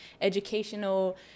educational